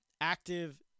active